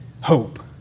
hope